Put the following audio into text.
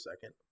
second